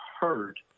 heard